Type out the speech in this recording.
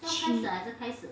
七